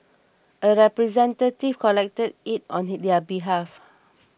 a representative collected it on their behalf